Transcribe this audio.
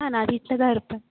ஆ நான் வீட்டில் தான் இருப்பேன்